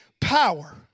power